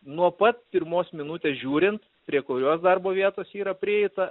nuo pat pirmos minutės žiūrint prie kurios darbo vietos yra prieita